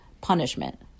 punishment